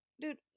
dude